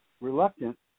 reluctant